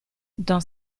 dans